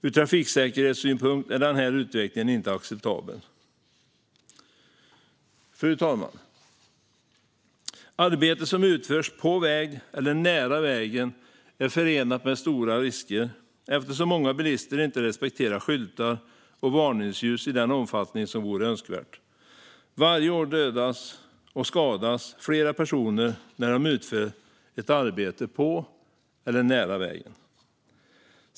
Ur trafiksäkerhetssynpunkt är den här utvecklingen inte acceptabel. Fru talman! Arbete som utförs på väg eller nära vägen är förenat med stora risker eftersom många bilister inte respekterar skyltar och varningsljus i den omfattning som vore önskvärt. Varje år dödas och skadas flera personer när de utför ett arbete på eller nära vägen.